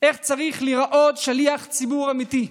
איך צריך להיראות שליח ציבור אמיתי.